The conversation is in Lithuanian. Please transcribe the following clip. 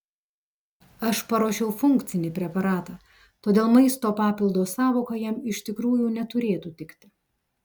aš paruošiau funkcinį preparatą todėl maisto papildo sąvoka jam iš tikrųjų neturėtų tikti